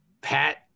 Pat